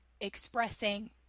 expressing